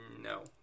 no